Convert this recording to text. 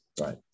Right